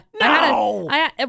no